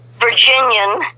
Virginian